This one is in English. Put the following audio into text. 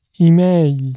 Email